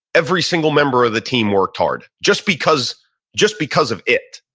every single member of the team worked hard just because just because of it.